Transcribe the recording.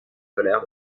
colère